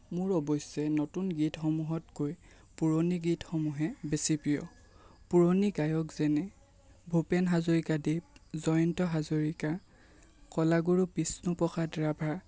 মোৰ অৱশ্যে নতুন গীত সমূহতকৈ পুৰণি গীতসমূহহে বেছি প্ৰিয় পুৰণি গায়ক যেনে ভূপেন হাজৰিকাদেৱ জয়ন্ত হাজৰিকা কলাগুৰু বিষ্ণু প্ৰসাদ ৰাভা